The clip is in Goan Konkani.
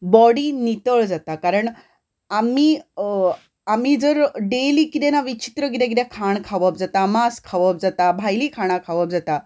बॉडी नितळ जाता कारण आमी आमी डेली कितें ना विचित्र कितें कितें खाण खावप जाता मास खावप जाता भायली खाणां खावप जाता